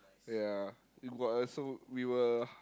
ya we bought a we were